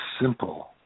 simple